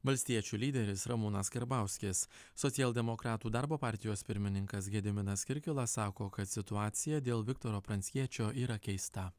valstiečių lyderis ramūnas karbauskis socialdemokratų darbo partijos pirmininkas gediminas kirkilas sako kad situacija dėl viktoro pranckiečio yra keista